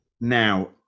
Now